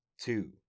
two